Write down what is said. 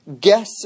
guess